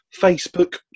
Facebook